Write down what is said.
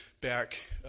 back